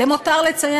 למותר לציין,